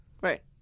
Right